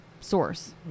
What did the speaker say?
source